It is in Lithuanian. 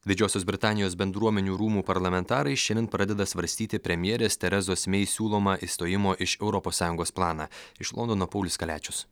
didžiosios britanijos bendruomenių rūmų parlamentarai šiandien pradeda svarstyti premjerės terezos mei siūlomą išstojimo iš europos sąjungos planą iš londono paulius kaliačius